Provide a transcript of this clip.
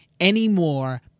anymore